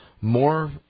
more